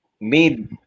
made